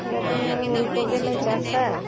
ᱟᱞᱮ ᱫᱚ ᱦᱩᱲᱩ ᱠᱚᱜᱮᱞᱮ ᱪᱟᱥᱟ